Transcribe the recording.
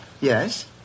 Yes